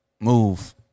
move